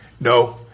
No